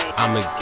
I'ma